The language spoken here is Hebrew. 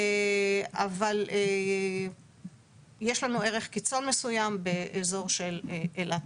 אבל יש לנו ערך קיצון מסוים באזור של אילת.